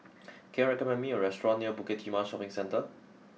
can you recommend me a restaurant near Bukit Timah Shopping Centre